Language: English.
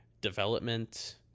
development